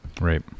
Right